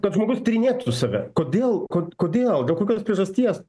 kad žmogus tyrinėtų save kodėl ko kodėl dėl kokios priežasties